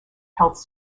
health